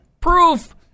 Proof